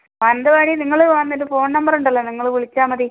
മാനന്തവാടി നിങ്ങൾ വന്നിട്ട് phone number ഉണ്ടല്ലോ നിങ്ങള് വിളിച്ചാൽ മതി